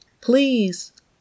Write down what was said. Please